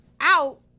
out